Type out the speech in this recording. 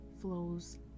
flows